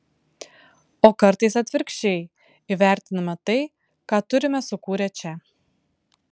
o kartais atvirkščiai įvertiname tai ką turime sukūrę čia